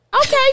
Okay